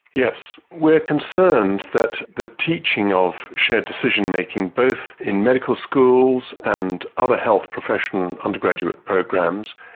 yes. we're concerned that the teaching of shared decision making, both in medical schools and other health profession undergraduate programs,